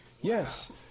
Yes